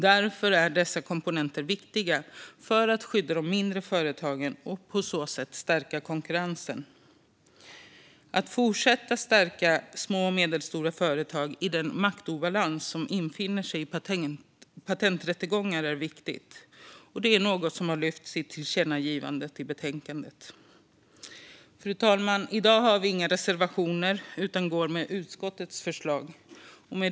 Därför är dessa komponenter viktiga för att skydda de mindre företagen och på så sätt stärka konkurrensen. Det är viktigt att fortsätta stärka små och medelstora företag i den maktobalans som infinner sig i patenträttegångar; detta är något som lyfts fram i förslaget till tillkännagivande i betänkandet. Fru talman! I dag har vi inga reservationer utan ställer oss bakom utskottets förslag.